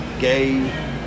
Gay